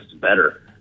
better